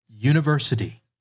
University